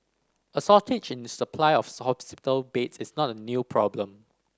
a shortage in supply of hospital beds is not a new problem